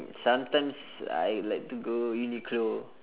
sometimes I like to go uniqlo